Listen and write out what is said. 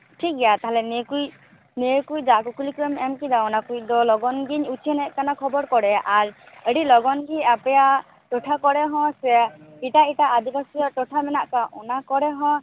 ᱴᱷᱤᱠ ᱜᱮᱭᱟ ᱛᱟᱦᱚᱞᱮ ᱱᱤᱭᱟᱹᱠᱚ ᱱᱤᱭᱟᱹ ᱠᱚᱫᱚ ᱟᱠᱚ ᱠᱩᱠᱞᱤᱠᱚᱡ ᱮᱢ ᱠᱮᱫᱟ ᱚᱱᱟ ᱠᱚᱫᱚ ᱞᱚᱜᱚᱱᱜᱤᱧ ᱩᱪᱷᱟᱹᱱᱮᱫ ᱠᱟᱱᱟ ᱠᱷᱚᱵᱚᱨ ᱠᱚᱨᱮ ᱟᱨ ᱟᱹᱰᱤ ᱞᱚᱜᱚᱱᱜᱮ ᱟᱯᱮᱭᱟᱜ ᱴᱚᱴᱷᱟ ᱠᱚᱨᱮ ᱦᱚᱸ ᱥᱮ ᱮᱴᱟᱜ ᱮᱴᱟᱜ ᱟᱹᱫᱤᱵᱟᱥᱤᱭᱟᱜ ᱴᱚᱴᱷᱟ ᱢᱮᱱᱟᱜ ᱠᱟᱜ ᱚᱱᱟ ᱠᱚᱨᱮᱦᱚᱸ